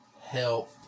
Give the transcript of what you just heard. help